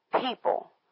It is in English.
people